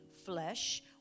flesh